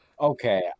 Okay